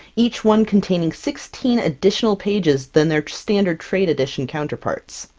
each one containing sixteen additional pages than their standard trade edition counterparts!